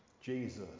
Jesus